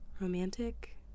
Romantic